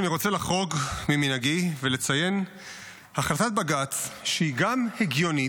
אני רוצה לחרוג ממנהגי ולציין החלטת בג"ץ שהיא גם הגיונית,